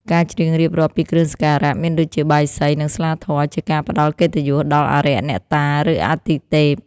ការច្រៀងរៀបរាប់ពីគ្រឿងសក្ការៈ មានដូចជាបាយសី និងស្លាធម៌ ជាការផ្តល់កិត្តិយសដល់ អារក្ស អ្នកតា ឬអាទិទេព។